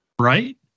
Right